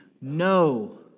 no